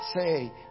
say